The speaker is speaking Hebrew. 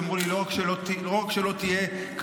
אמרו לי: לא רק שלא תהיה קרבי,